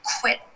quit